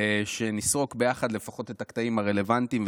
ושנסרוק ביחד לפחות את הקטעים הרלוונטיים,